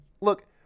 Look